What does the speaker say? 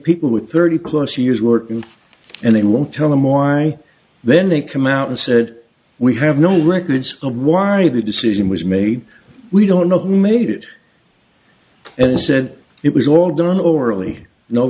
people with thirty close years working and they won't tell them why then they come out and said we have no records of why the decision was made we don't know who made it and said it was all done orally no